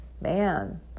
man